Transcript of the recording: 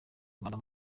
rwanda